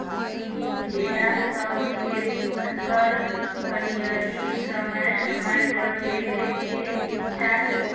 भेड़ा सभके पुठगर हरियरी समय समय पर देबेके चाहि